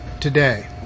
today